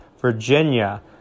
Virginia